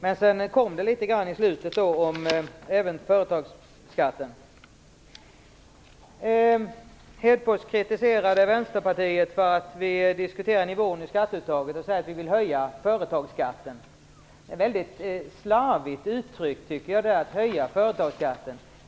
Sedan talade han ändå litet grand i slutet av anförandet om företagsskatten. Lars Hedfors kritiserade Vänsterpartiet för att vi diskuterar nivån i skatteuttaget, och han säger att vi vill höja företagsskatten. Det är ett väldigt slarvigt uttryck att säga att vi vill "höja företagsskatten".